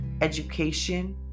education